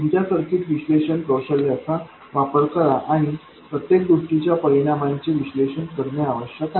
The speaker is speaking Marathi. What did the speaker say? तुमच्या सर्किट विश्लेषण कौशल्यांचा वापर करा आणि प्रत्येक गोष्टीच्या परिणामांचे विश्लेषण करणे आवश्यक आहे